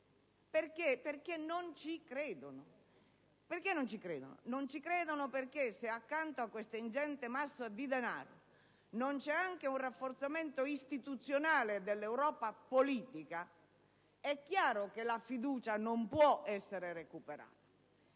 credono: non ci credono perché se, accanto a questa ingente massa di denaro, non c'è anche un rafforzamento istituzionale dell'Europa politica è chiaro che la fiducia non può essere recuperata.